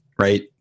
right